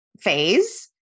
phase